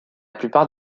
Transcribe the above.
plupart